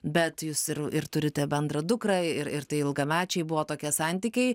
bet jūs ir ir turite bendrą dukrą ir ir tai ilgamečiai buvo tokie santykiai